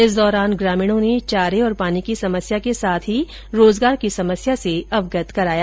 इस दौरान ग्रामीणों ने चारे और पानी की समस्या के साथ ही रोजगार की समस्या से अवगत कराया